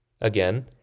Again